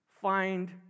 find